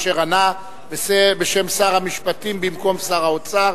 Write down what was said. אשר ענה בשם שר המשפטים במקום שר האוצר.